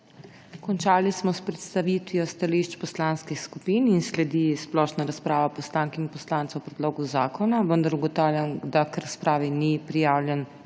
Končali smo s predstavitvijo stališč poslanskih skupin. Sledi splošna razprava poslank in poslancev o predlogu zakona, vendar ugotavljam, da k razpravi ni prijavljen